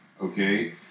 okay